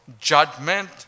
judgment